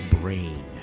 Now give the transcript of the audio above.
brain